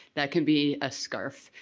that can be a scarf,